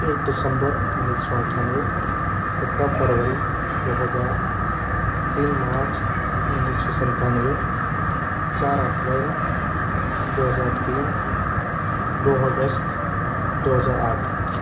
एक दिसम्बर उन्नीस सौ अठानवे सत्रह फरवरी दो हजार तीन मार्च उन्नीस सौ सत्तानवे चार अप्रेल दो हजार तीन दो अगस्त दो हजार आठ